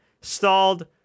stalled